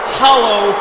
hollow